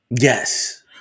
Yes